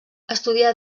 estudià